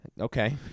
Okay